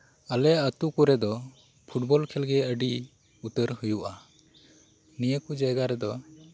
ᱟᱞᱮ ᱟᱹᱛᱩ ᱠᱚᱨᱮᱫᱚ ᱯᱷᱩᱴᱵᱚᱞ ᱠᱷᱮᱞᱜᱮ ᱟᱹᱰᱤ ᱩᱛᱟᱹᱨ ᱦᱩᱭᱩᱜᱼᱟ ᱱᱤᱭᱟᱹᱠᱚ ᱡᱟᱭᱜᱟ ᱨᱮᱫᱚ